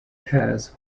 has